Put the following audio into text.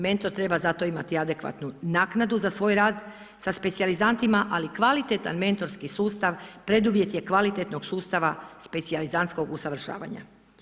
Mentor treba za to imati adekvatnu naknadu za svoj rad sa specijalizantima ali kvalitetan mentorski sustav, preduvjet je kvalitetnog sustava specijalizantskog usavršavanja.